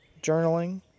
journaling